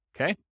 Okay